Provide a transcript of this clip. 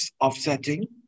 offsetting